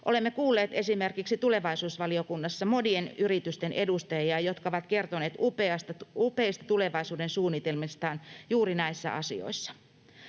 Olemme kuulleet esimerkiksi tulevaisuusvaliokunnassa monien yritysten edustajia, jotka ovat kertoneet upeista tulevaisuudensuunnitelmistaan juuri näissä asioissa.